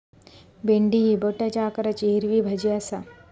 भेंडी ही बोटाच्या आकाराची हिरवी भाजी आसा